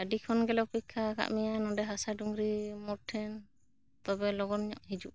ᱟᱹᱰᱤ ᱠᱷᱚᱱ ᱜᱮᱞᱮ ᱚᱯᱮᱠᱠᱷᱟ ᱟᱠᱟᱜ ᱢᱮᱭᱟ ᱱᱚᱸᱰᱮ ᱦᱟᱥᱟ ᱰᱩᱸᱜᱽᱨᱤ ᱢᱳᱲ ᱴᱷᱮᱱ ᱛᱚᱵᱮ ᱞᱚᱜᱚᱱ ᱦᱤᱡᱩᱜ ᱢᱮ